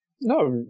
No